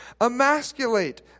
emasculate